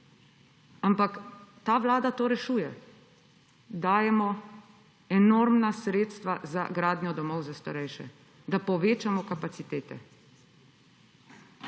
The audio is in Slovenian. Ampak ta vlada to rešuje. Dajemo enormna sredstva za gradnjo domov za starejše, da povečamo kapacitete.